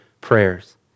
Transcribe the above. prayers